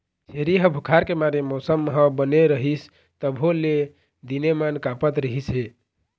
छेरी ह बुखार के मारे मउसम ह बने रहिस तभो ले दिनेमान काँपत रिहिस हे